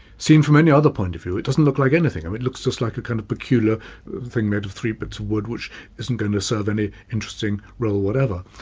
seen from any other point of view it doesn't look like anything, um it looks just like a kind of peculiar thing made of three bits of wood which isn't going to serve any interesting role whatever.